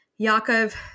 Yaakov